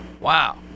Wow